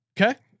Okay